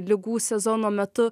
ligų sezono metu